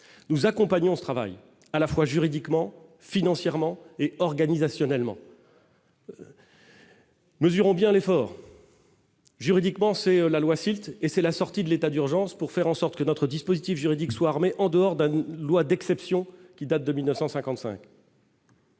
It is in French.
nous accompagnons ce travail à la fois juridiquement, financièrement et organisationnellement. Mesurons bien l'effort. Juridiquement, c'est la loi et c'est la sortie de l'état d'urgence pour faire en sorte que notre dispositif juridique soit en dehors d'un loi d'exception qui date de 1955.